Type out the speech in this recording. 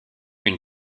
une